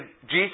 Jesus